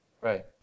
Right